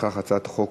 לפיכך הצעת החוק